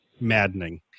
maddening